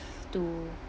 to